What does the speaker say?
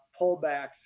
pullbacks